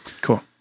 cool